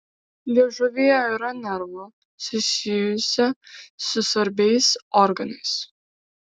liežuvyje yra nervų susijusią su svarbiais organais